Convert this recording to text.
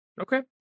Okay